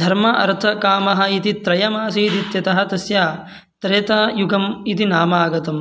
धर्मः अर्थः कामः इति त्रयमासीदित्यतः तस्य त्रेतयुगम् इति नाम आगतं